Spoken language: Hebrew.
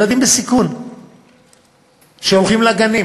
ילדים בסיכון שהולכים לגנים,